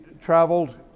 traveled